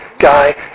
guy